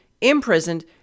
imprisoned